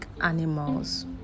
animals